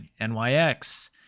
nyx